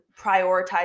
prioritize